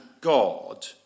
God